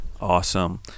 Awesome